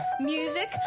Music